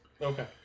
Okay